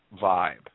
vibe